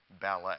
ballet